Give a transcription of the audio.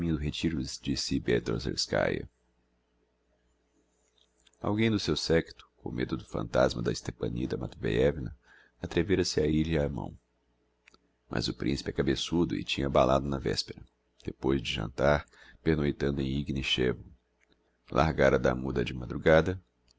retiro de svietozerskaia alguem do seu séquito com medo do phantasma da stepanida matveiévna atrevera se a ir lhe á mão mas o principe é cabeçudo e tinha abalado na vespera depois de jantar pernoitando em ignichevo largara da muda de madrugada